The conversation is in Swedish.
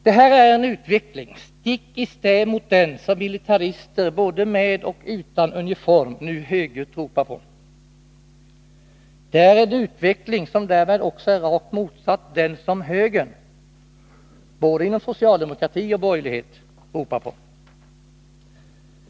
Det här är en utveckling stick i stäv mot den som militarister både med och utan uniform nu högljutt ropar på. Det är en utveckling som därmed också är rakt motsatt den som högern, både inom socialdemokrati och borgerlighet, vill ha.